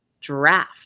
Draft